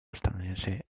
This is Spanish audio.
estadounidense